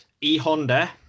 E-Honda